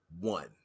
One